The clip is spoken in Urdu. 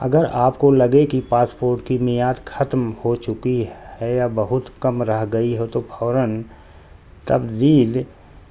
اگر آپ کو لگے کہ پاسپورٹ کی میعاد ختم ہو چکی ہے یا بہت کم رہ گئی ہے تو فوراً تبدیل